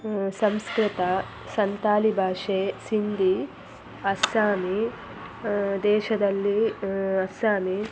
ಸಂಸ್ಕೃತ ಸಂತಾಲಿ ಭಾಷೆ ಸಿಂಧಿ ಅಸ್ಸಾಮಿ ದೇಶದಲ್ಲಿ ಅಸ್ಸಾಮಿ